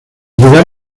llegar